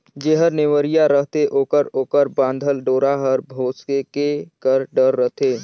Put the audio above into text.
जेहर नेवरिया रहथे ओकर ओकर बाधल डोरा हर भोसके कर डर रहथे